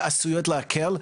שעשויות להקל,